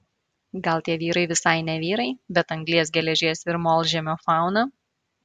gal tie vyrai visai ne vyrai bet anglies geležies ir molžemio fauna